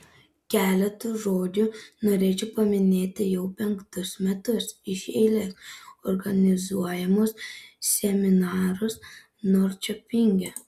keletu žodžių norėčiau paminėti jau penktus metus iš eilės organizuojamus seminarus norčiopinge